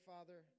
Father